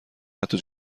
حتی